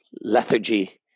lethargy